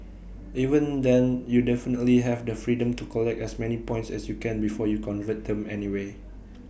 even then you definitely have the freedom to collect as many points as you can before you convert them anyway